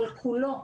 התקציב כולו,